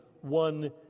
one